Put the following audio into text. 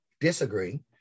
disagree